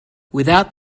without